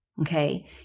Okay